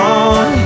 on